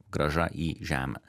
grąža į žemę